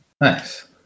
Nice